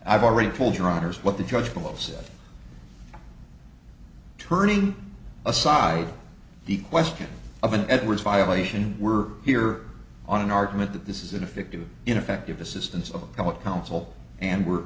i've already told your honour's what the judge will of said turning aside the question of an edwards violation we're here on an argument that this is an effective ineffective assistance of counsel and we're